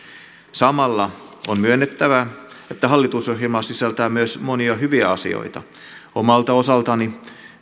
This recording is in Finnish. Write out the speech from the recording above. samalla on myönnettävä että hallitusohjelma sisältää myös monia hyviä asioita omalta osaltani